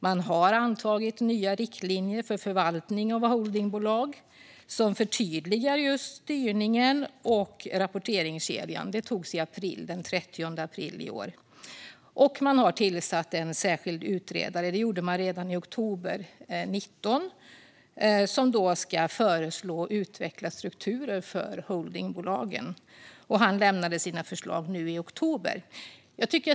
Man har antagit nya riktlinjer för förvaltningen av holdingbolag som förtydligar just styrningen och rapporteringskedjan. De antogs den 30 april i år. Man har tillsatt en särskild utredare - det gjorde man redan i oktober 2019 - som ska föreslå och utveckla strukturer för holdingbolagen. Han lämnade sina förslag nu i oktober.